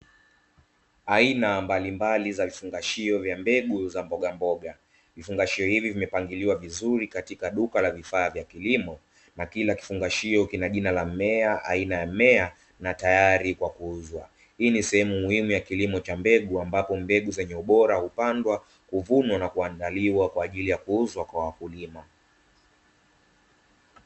Aina mbalimbali za vifungashio vya mbegu za mboga mboga, vifungashio hivi vimepangiliwa vizuri katika duka la vifaa vya kilimo na kila kifungashio kina jina la mmea, aina ya mmea na tayari kwa kuuzwa. Hii ni sehemu muhimu ya kilimo cha mbegu ambapo mbegu zenye ubora hupandwa, huvunwa na kuandaliwa kwa ajili ya kuuzwa kwa wakulima.